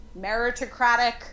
meritocratic